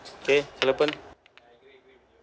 okay Sarapan